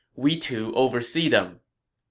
we two oversee them.